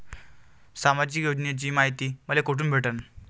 सामाजिक योजनेची मायती मले कोठून भेटनं?